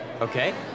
Okay